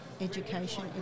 Education